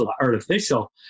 artificial